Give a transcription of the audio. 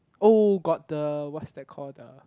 oh got the what's that called the